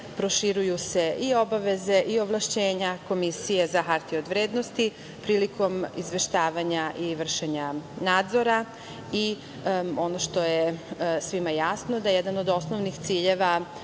Proširuju se i obaveze i ovlašćenja Komisije za HOV prilikom izveštavanja i vršenja nadzora. Ono što je svima jasno da je jedan od osnovnih ciljeva